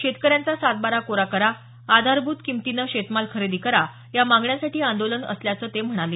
शेतकऱ्यांचा सातबारा कोरा करा आधारभूत किंमतीने शेतमाल खरेदी करा या मागण्यांसाठी हे आंदोलन असल्याचं ते म्हणाले